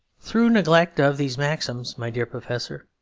through neglect of these maxims, my dear professor,